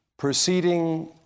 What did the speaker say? proceeding